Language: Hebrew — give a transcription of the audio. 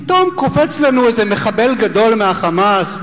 פתאום קופץ לנו איזה מחבל גדול מה"חמאס",